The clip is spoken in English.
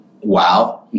wow